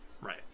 Right